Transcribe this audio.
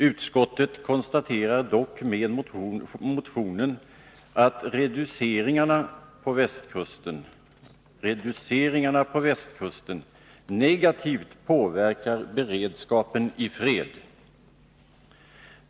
Utskottet konstaterar dock med motionen ”att reduceringarna på Västkusten negativt påverkar beredskapen i fred”.